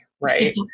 Right